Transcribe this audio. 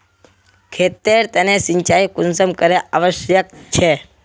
खेतेर तने सिंचाई कुंसम करे आवश्यक छै?